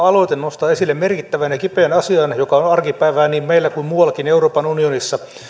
aloite nostaa esille merkittävän ja kipeän asian joka on on arkipäivää niin meillä kuin muuallakin euroopan unionissa